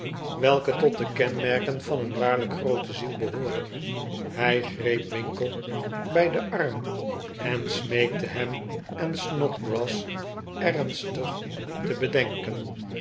ike tot de kenmerken van een waarlijk groote ziel behopren hij greep winkle bij den arm en smeekte hem en snodgrass ernstig te bedenken